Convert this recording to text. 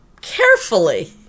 carefully